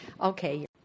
Okay